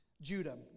Judah